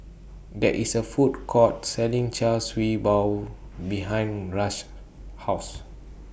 There IS A Food Court Selling Char Siew Bao behind Rush's House